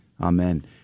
Amen